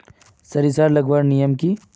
सरिसा लगवार नियम की?